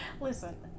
Listen